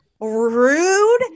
rude